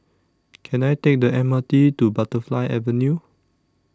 Can I Take The M R T to Butterfly Avenue